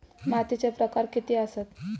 मातीचे प्रकार किती आसत?